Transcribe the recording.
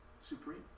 Supreme